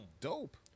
Dope